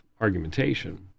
argumentation